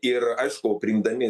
ir aišku priimdami